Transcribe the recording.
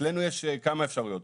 אצלנו יש כמה אפשרויות.